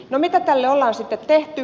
no mitä tälle ollaan sitten tehty